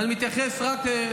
ואני מתייחס רק,